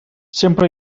sempre